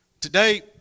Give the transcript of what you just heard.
Today